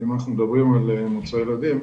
אם אנחנו מדברים על מוצרי ילדים,